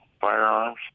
firearms